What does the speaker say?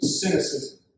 cynicism